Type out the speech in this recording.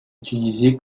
utilisé